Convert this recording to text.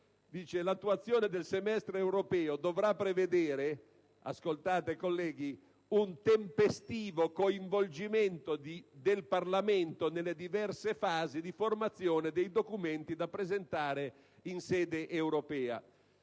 l'attuazione del "semestre europeo" dovrà prevedere un tempestivo coinvolgimento del Parlamento nelle diverse fasi di formazione dei documenti da presentare in sede europea,